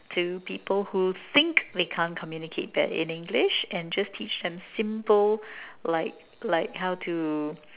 to people who think they can't communicate that in English and just teach them simple like like how to